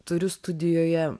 turiu studijoje